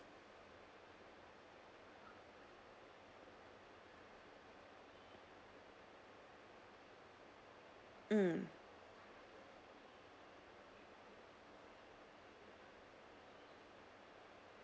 mm